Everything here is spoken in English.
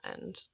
and-